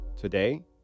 today